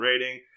rating